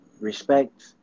respect